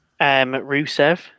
Rusev